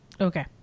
Okay